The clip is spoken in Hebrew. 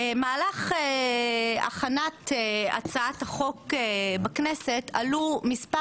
במהלך הכנת הצעת החוק בכנסת עלו מספר